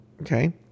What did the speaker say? okay